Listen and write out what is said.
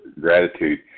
gratitude